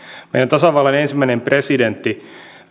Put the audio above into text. tasavaltamme ensimmäinen presidentti